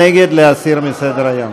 נגד, להסיר מסדר-היום.